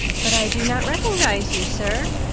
but i do not recognize you, sir,